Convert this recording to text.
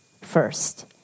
first